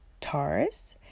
Taurus